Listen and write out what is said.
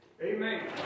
Amen